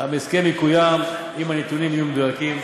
שההסכם יקוים אם הנתונים יהיו מדויקים.